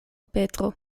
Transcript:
petro